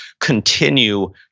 continue